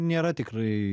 nėra tikrai